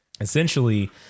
essentially